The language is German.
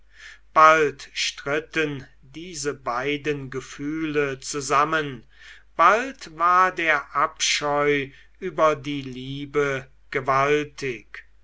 bald stritten diese beiden gefühle zusammen bald war der abscheu über die liebe gewaltig